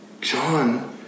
John